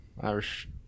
Irish